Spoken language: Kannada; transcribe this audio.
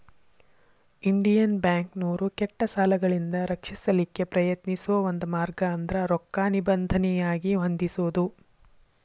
ಇಂಡಿಯನ್ ಬ್ಯಾಂಕ್ನೋರು ಕೆಟ್ಟ ಸಾಲಗಳಿಂದ ರಕ್ಷಿಸಲಿಕ್ಕೆ ಪ್ರಯತ್ನಿಸೋ ಒಂದ ಮಾರ್ಗ ಅಂದ್ರ ರೊಕ್ಕಾ ನಿಬಂಧನೆಯಾಗಿ ಹೊಂದಿಸೊದು